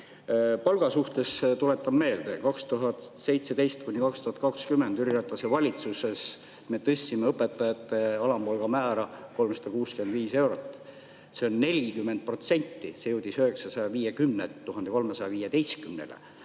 Palga suhtes tuletan meelde: 2017–2020 Jüri Ratase valitsuses me tõstsime õpetajate alampalga määra 365 eurot. See on 40%, see jõudis 950 eurolt